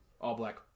all-black